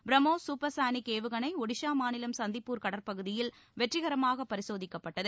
BrahMos supersonic ஏவுகணை ஒடிஷா மாநிலம் சந்திப்பூர் கடற்பகுதியில் வெற்றிகரமாக பரிசோதிக்கப்பட்டது